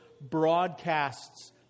broadcasts